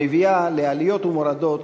המביאה לעליות ומורדות